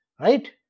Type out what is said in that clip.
right